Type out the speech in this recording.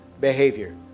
behavior